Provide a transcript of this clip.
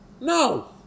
No